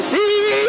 See